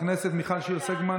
חברת הכנסת מיכל שיר סגמן,